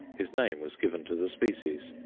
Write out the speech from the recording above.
his name was given to the species.